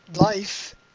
life